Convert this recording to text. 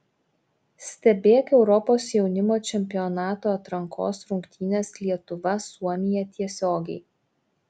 stebėk europos jaunimo čempionato atrankos rungtynes lietuva suomija tiesiogiai